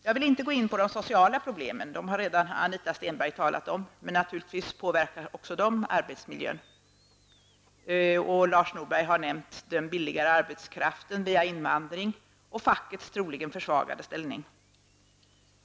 Jag går inte in på de sociala problemen -- Anita Stenberg har redan talat om dem -- men naturligtvis påverkar de också arbetsmiljön. Lars Norberg har nämnt en billigare arbetskraft via invandring och fackets troligen försvagade ställning.